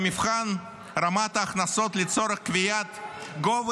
במבחן רמת ההכנסות לצורך קביעת גובה